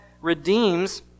redeems